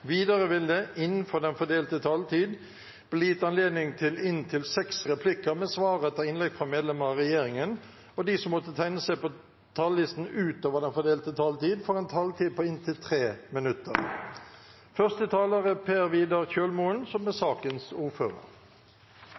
Videre vil det – innenfor den fordelte taletid – bli gitt anledning til inntil seks replikker med svar etter innlegg fra medlemmer av regjeringen. De som måtte tegne seg på talerlisten utover den fordelte taletid, får en taletid på inntil 3 minutter. Landbruket er en av Norges aller viktigste næringer. Ikke bare er